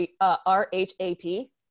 R-H-A-P